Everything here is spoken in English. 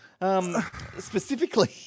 Specifically